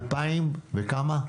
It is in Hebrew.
אלפיים, וכמה?